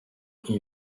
iyi